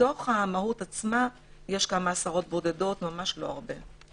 בתוך המהו"ת עצמה יש עשרות בודדות, ממש לא הרבה.